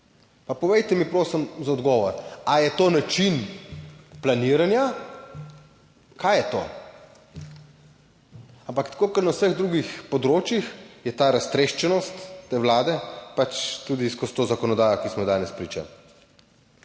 Pa povejte mi, prosim za odgovor, ali je to način planiranja? Kaj je to? Ampak tako kot na vseh drugih področjih je ta raztreščenost te Vlade pač tudi skozi to zakonodajo, ki smo ji danes priča.